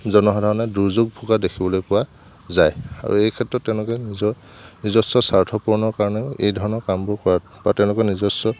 জনসাধাৰণে দুৰ্যোগ ভোগা দেখিবলৈ পোৱা যায় আৰু এই ক্ষেত্ৰত তেওঁলোকে নিজৰ নিজস্ব স্বাৰ্থপূৰণৰ কাৰণেও এই ধৰণৰ কামবোৰ কৰাত বা তেওঁলোকৰ নিজস্ব